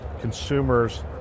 consumers